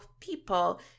people